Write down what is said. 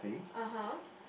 (uh huh)